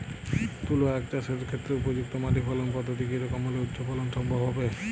তুলো আঁখ চাষের ক্ষেত্রে উপযুক্ত মাটি ফলন পদ্ধতি কী রকম হলে উচ্চ ফলন সম্ভব হবে?